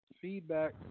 Feedback